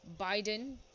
Biden